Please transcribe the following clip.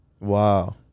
Wow